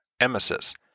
emesis